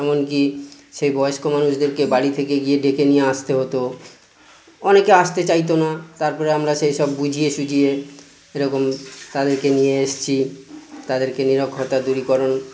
এমনকি সেই বয়স্ক মানুষদেরকে বাড়ি থেকে গিয়ে ডেকে নিয়ে আসতে হতো অনেকে আসতে চাইতো না তারপরে আমরা সেইসব বুঝিয়ে সুঝিয়ে এরকম তাদেরকে নিয়ে এসেছি তাদেরকে নিরক্ষরতা দূরীকরণ